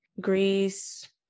Greece